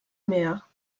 mehr